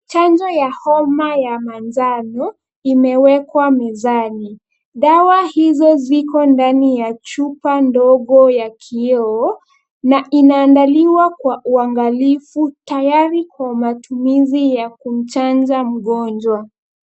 Chanjo ya homa ya manjano imewekwa mezani. Dawa hizo ziko ndani ya chupa ndogo ya kioo na inaandaliwa kwa uangalifu tayari kwa matumizi ya kumchanja mgonjwa.